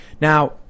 Now